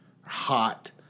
hot